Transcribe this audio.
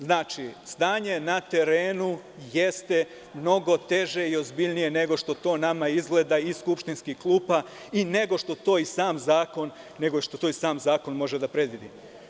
Znači, stanje na terenu jeste mnogo teže i ozbiljnije nego što to nama izgleda iz skupštinskih klupa i nego što to i sam zakon može da predvidi.